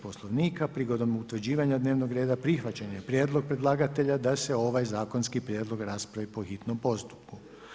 Poslovnika prigodom utvrđivanja dnevnog reda, prihvaćen je prijedlog predlagatelja, da se ovaj zakonski prijedlog raspravi po hitnom postupku.